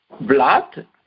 blood